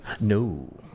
No